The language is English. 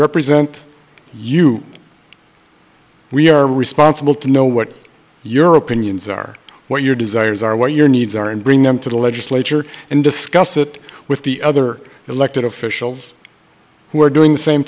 represent you we are responsible to know what your opinions are what your desires are what your needs are and bring them to the legislature and discuss it with the other elected officials who are doing the same